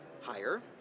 higher